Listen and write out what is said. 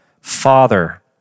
Father